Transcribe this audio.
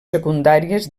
secundàries